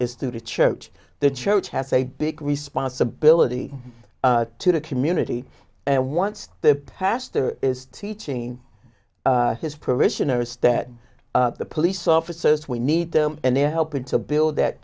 is through the church the church has a big responsibility to the community and wants the pastor is teaching his parishioners that the police officers we need them and they're helping to build th